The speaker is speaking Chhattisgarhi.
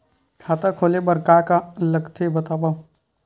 खाता खोले बार का का लगथे बतावव?